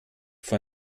vor